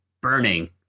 Burning